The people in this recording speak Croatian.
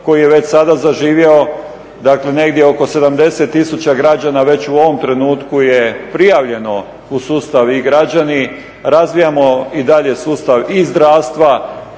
koji je već sada zaživio, dakle negdje oko 70 000 građana već u ovom trenutku je prijavljeno u sustav i-građani, razvijamo i dalje sustav i zdravstva.